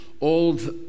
old